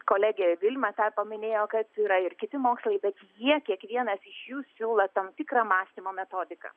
kolegė vilma tą paminėjo kas yra ir kiti mokslai bet jie kiekvienas iš jų siūlo tam tikrą mąstymo metodiką